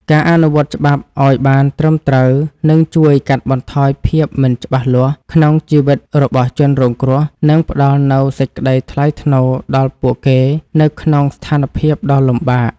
ការអនុវត្តច្បាប់ឱ្យបានត្រឹមត្រូវនឹងជួយកាត់បន្ថយភាពមិនច្បាស់លាស់ក្នុងជីវិតរបស់ជនរងគ្រោះ និងផ្តល់នូវសេចក្តីថ្លៃថ្នូរដល់ពួកគេនៅក្នុងស្ថានភាពដ៏លំបាក។